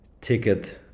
ticket